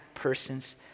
person's